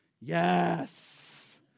Yes